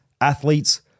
athletes